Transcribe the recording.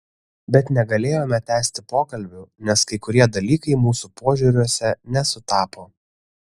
bet negalėjome tęsti pokalbių nes kai kurie dalykai mūsų požiūriuose nesutapo